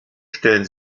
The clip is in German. stellen